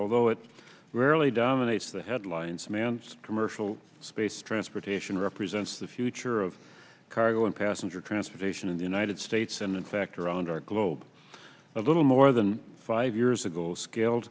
although it rarely dominates the headlines a man's commercial space transportation represents the future of cargo and passenger transportation in the united states and in fact around our globe a little more than five years ago scale